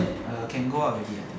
uh can go out already I think